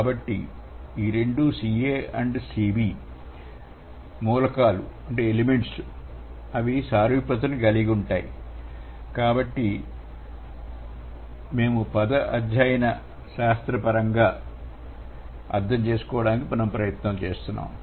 కాబట్టి ఈ రెండు Ca మరియు Cb నుండి మూలకాలు అవి చాలా సారూప్యతను కలిగి ఉంటాయి కాబట్టి మేముపద అధ్యయన శాస్త్రపరంగా అర్థం చేసుకోవడానికి ప్రయత్నిస్తున్నాము